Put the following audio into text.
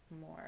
more